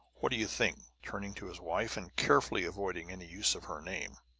what do you think? turning to his wife, and carefully avoiding any use of her name.